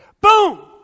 boom